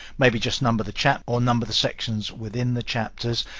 maybe just number the chapter or number the sections within the chapters.